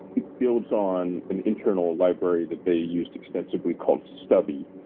it builds on an internal library that they used extensively called stubby,